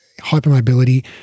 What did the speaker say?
hypermobility